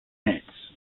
nets